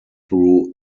through